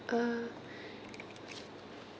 uh